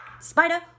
spider